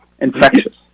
infectious